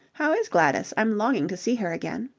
how is gladys? i'm longing to see her again.